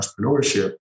entrepreneurship